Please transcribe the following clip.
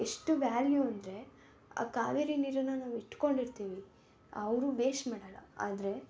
ಎಷ್ಟು ವ್ಯಾಲ್ಯೂ ಅಂದರೆ ಆ ಕಾವೇರಿ ನೀರನ್ನು ನಾವು ಇಟ್ಕೊಂಡಿರ್ತೀವಿ ಅವರು ವೇಸ್ಟ್ ಮಾಡೋಲ್ಲ ಆದರೆ